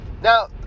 Now